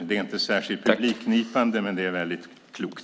Det är inte särskilt publikknipande, men det är väldigt klokt.